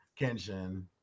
Kenshin